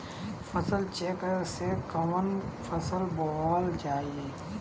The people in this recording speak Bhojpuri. फसल चेकं से कवन फसल बोवल जाई?